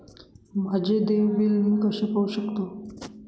माझे देय बिल मी कसे पाहू शकतो?